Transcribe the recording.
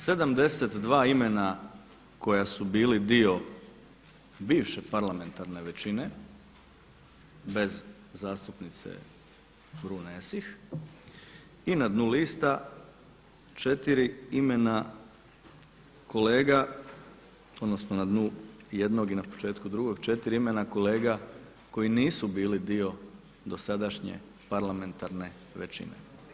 72 imena koja su bili dio bivše parlamentarne većine bez zastupnice Brune Esih i na dnu lista 4 imena kolega odnosno na dnu jednog i na početku drugog četiri imena kolega koji nisu bili dio dosadašnje parlamentarne većine.